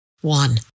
One